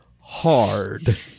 hard